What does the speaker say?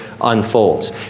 unfolds